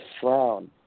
frown